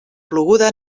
ploguda